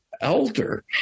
elder